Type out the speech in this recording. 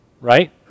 right